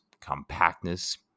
compactness